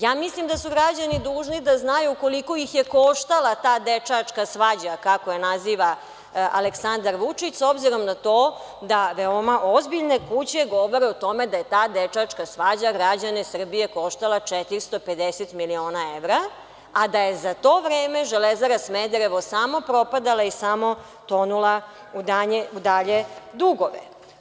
Ja mislim da su građani dužni da znaju koliko ih je koštala ta dečačka svađa, kako je naziva Aleksandar Vučić, s obzirom na to da veoma ozbiljne kuće govore o tome da je ta dečačka svađa građane Srbije koštala 450 miliona evra, a da je za to vreme „Železara Smederevo“ samo propadala i samo tonula u dalje dugove.